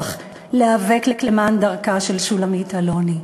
להיאבק למען דרכה של שולמית אלוני.